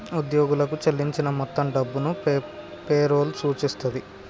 ఉద్యోగులకు చెల్లించిన మొత్తం డబ్బును పే రోల్ సూచిస్తది